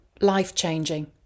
life-changing